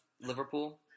Liverpool